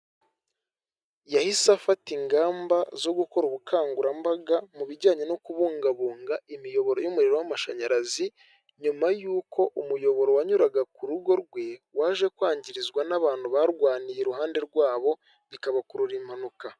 Yahise afata ingamba zo gukora ubukangurambaga mu bijyanye no kubungabunga imiyoboro y'umuriro w'amashanyarazi nyuma y'uko umuyoboro wanyuraga ku rugo rwe waje kwangizwa n'abantu barwaniye iruhande rwabo bikabakurura impanuka .